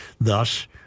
Thus